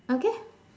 okay